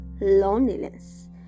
loneliness